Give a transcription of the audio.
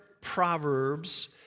Proverbs